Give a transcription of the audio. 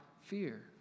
fear